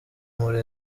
muri